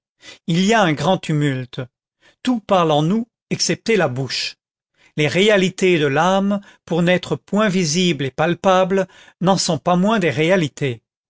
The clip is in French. il y a un grand tumulte tout parle en nous excepté la bouche les réalités de l'âme pour n'être point visibles et palpables n'en sont pas moins des réalités